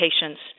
patients